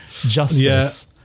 justice